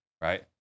right